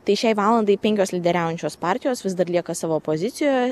tai šiai valandai penkios lyderiaujančios partijos vis dar lieka savo pozicijoje